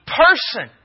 person